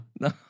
No